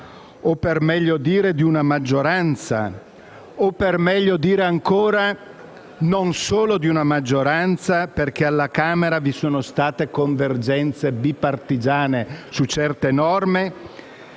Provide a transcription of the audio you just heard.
- per meglio dire, di una maggioranza o, per meglio dire ancora, non solo di una maggioranza, perché alla Camera dei deputati ci sono state convergenze bipartigiane su certe norme